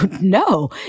No